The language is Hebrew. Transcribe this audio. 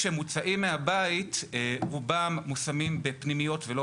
כשהם מוצאים מהבית רובם מושמים בפנימיות ולא